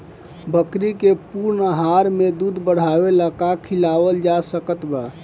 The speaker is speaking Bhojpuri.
बकरी के पूर्ण आहार में दूध बढ़ावेला का खिआवल जा सकत बा?